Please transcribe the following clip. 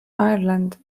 ireland